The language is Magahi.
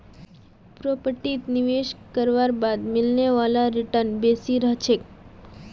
प्रॉपर्टीत निवेश करवार बाद मिलने वाला रीटर्न बेसी रह छेक